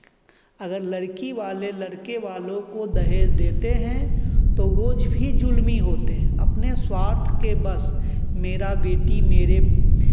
अगर लड़की वाले लड़को वालों को दहेज देते हैं तो वो भी जुर्मी होते हैं अपने स्वार्थ के बस मेरा बेटी मेरे